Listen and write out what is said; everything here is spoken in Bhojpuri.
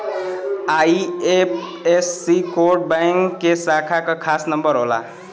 आई.एफ.एस.सी कोड बैंक के शाखा क खास नंबर होला